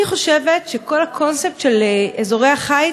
אני חושבת שכל הקונספט של אזורי החיץ,